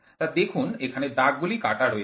তো দেখুন এখানে দাগ গুলি কাটা রয়েছে